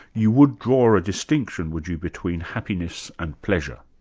you would draw a distinction, would you, between happiness and pleasure?